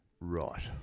Right